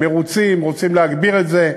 הם מרוצים, רוצים להגביר את זה.